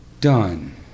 done